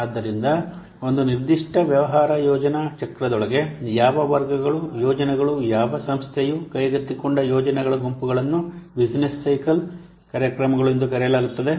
ಆದ್ದರಿಂದ ಒಂದು ನಿರ್ದಿಷ್ಟ ವ್ಯವಹಾರ ಯೋಜನಾ ಚಕ್ರದೊಳಗೆ ಯಾವ ವರ್ಗದ ಯೋಜನೆಗಳು ಯಾವ ಸಂಸ್ಥೆಯು ಕೈಗೆತ್ತಿಕೊಂಡ ಯೋಜನೆಗಳ ಗುಂಪುಗಳನ್ನು ಬಿಸಿನೆಸ್ ಸೈಕಲ್ ಕಾರ್ಯಕ್ರಮಗಳು ಎಂದು ಕರೆಯಲಾಗುತ್ತದೆ